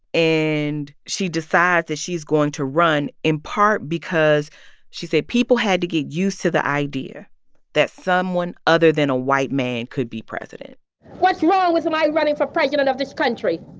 and she decides that she's going to run, in part because she said people had to get used to the idea that someone other than a white could be president what's wrong with my running for president of this country?